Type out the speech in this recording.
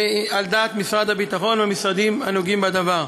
על דעת משרד הביטחון והמשרדים הנוגעים בדבר.